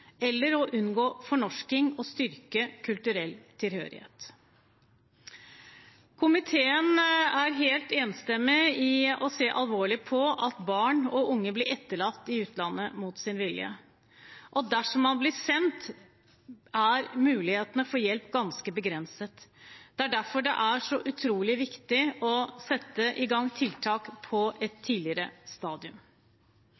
å unngå «fornorsking» og styrke kulturell tilhørighet Komiteen er helt enstemmig i å se alvorlig på at barn og unge blir etterlatt i utlandet mot sin vilje. Dersom man blir sendt, er mulighetene for hjelp ganske begrenset. Det er derfor det er så utrolig viktig å sette i gang tiltak på et